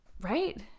right